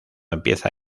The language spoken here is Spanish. empieza